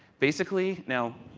basically, now,